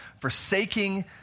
forsaking